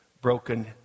broken